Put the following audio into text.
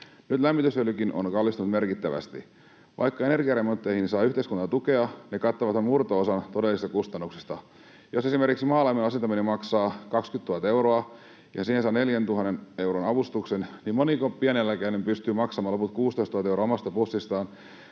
Nyt lämmitysöljykin on kallistunut merkittävästi. Vaikka energiaremontteihin saa yhteiskunnan tukea, ne kattavat vain murto-osan todellisista kustannuksista. Jos esimerkiksi maalämmön asentaminen maksaa 20 000 euroa ja siihen saa 4 000 euron avustuksen, niin moniko pieneläkeläinen pystyy maksamaan loput 16 000 euroa omasta pussistaan,